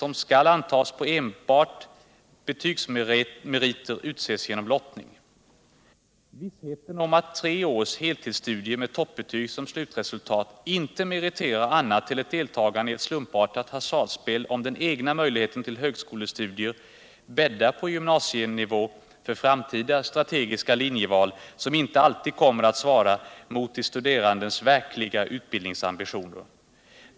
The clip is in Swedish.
Vissheten om att tre års heltidsstudier med toppbetyg som slutresultat inte - Nr 150 meriterar annat än till deltagande i ett slumpartat hasardspel om den egna Onsdagen den möjligheten till högskolestudier bäddar på gymnasienivå för framtida 24 maj 1978 strategiska linjeval, som inte alltid kommer att svara mot de studerandes verkliga utbildningsambitioner.